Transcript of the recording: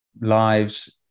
lives